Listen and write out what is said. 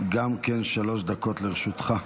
גם כן שלוש דקות לרשותך.